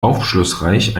aufschlussreich